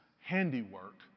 handiwork